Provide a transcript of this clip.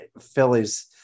Phillies